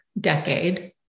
decade